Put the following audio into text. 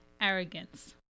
arrogance